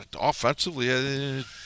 offensively